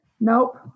Nope